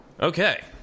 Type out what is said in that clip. Okay